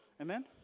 Amen